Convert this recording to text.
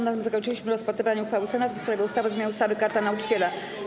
Na tym zakończyliśmy rozpatrywanie uchwały Senatu w sprawie ustawy o zmianie ustawy - Karta Nauczyciela.